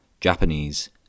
Japanese